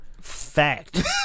Fact